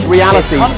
Reality